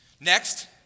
Next